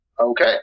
Okay